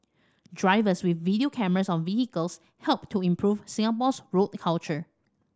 drivers with video cameras on vehicles help to improve Singapore's road culture